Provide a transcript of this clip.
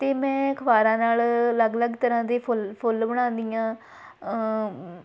ਅਤੇ ਮੈਂ ਅਖਬਾਰਾਂ ਨਾਲ ਅਲੱਗ ਅਲੱਗ ਤਰ੍ਹਾਂ ਦੇ ਫੁੱਲ ਫੁੱਲ ਬਣਾਉਂਦੀ ਹਾਂ